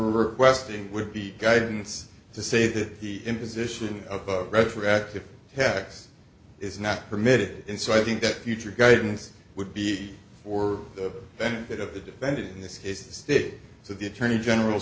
requesting would be guidance to say that the imposition of rhetoric to tax is not permitted and so i think that future guidance would be for the benefit of the defendant and this has to stick to the attorney general